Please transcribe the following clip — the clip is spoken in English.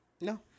No